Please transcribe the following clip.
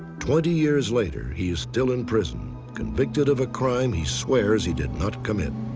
twenty years later, he is still in prison convicted of a crime he swears he did not commit.